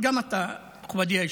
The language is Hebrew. גם אתה, מכובדי היושב-ראש.